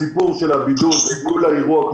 הסיפור של הבידוד אל מול האירוע,